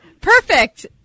Perfect